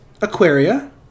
Aquaria